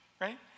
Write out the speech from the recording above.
right